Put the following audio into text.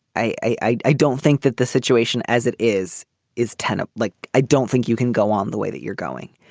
i i don't think that the situation as it is is tenant like, i don't think you can go on the way that you're going.